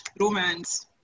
romance